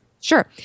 Sure